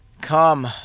Come